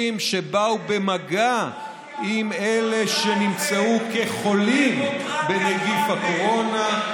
שבאו במגע עם אלה שנמצאו כחולים בנגיף הקורונה,